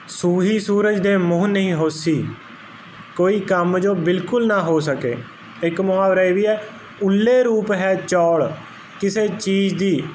ਸੂਹੀ ਸੂਰਜ ਦੇ ਮੋਹ ਨੀ ਹੋਸੀ ਕੋਈ ਕੰਮ ਜੋ ਬਿਲਕੁਲ ਨਾ ਹੋ ਸਕੇ ਇਕ ਮੁਹਾਵਰਾ ਇਹ ਵੀ ਹੈ ਉਲੇ ਰੂਪ ਹੈ ਚੌਲ ਕਿਸੇ ਚੀਜ਼ ਦੀ